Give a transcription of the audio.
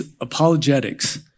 apologetics